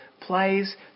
plays